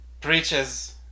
preaches